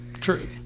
True